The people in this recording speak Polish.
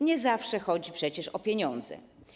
Nie zawsze chodzi przecież o pieniądze.